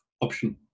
option